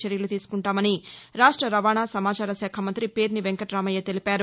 చర్యలు తీసుకుంటాని రాష్ట రవాణ సమాచార శాఖ మంతి పేర్ని వెంకటామయ్య తెలిపారు